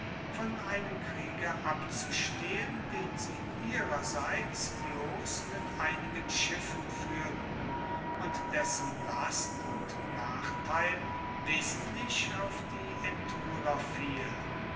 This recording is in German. von einem kriege abzustehen den sie ihrerseits bloss mit einigen schiffen fuehrten und dessen last und nachteil wesentlich auf die aetoler fiel